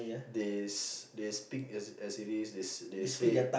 they s~ speak as as it is they they said